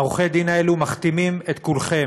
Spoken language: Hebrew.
עורכי-הדין האלו מכתימים את כולכם.